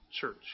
church